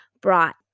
brought